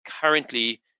currently